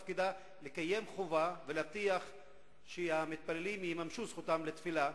תפקידה לקיים חובה ולהבטיח שהמתפללים יממשו את זכותם לתפילה.